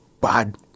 Bad